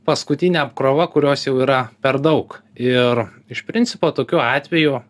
paskutinė apkrova kurios jau yra per daug ir iš principo tokiu atveju